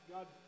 God